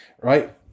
right